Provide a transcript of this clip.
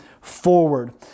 forward